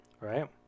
Right